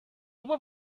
were